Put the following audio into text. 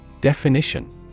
Definition